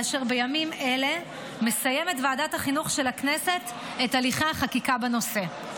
ובימים אלה מסיימת ועדת החינוך של הכנסת את הליכי החקיקה בנושא.